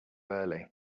early